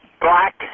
Black